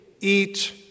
eat